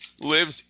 lives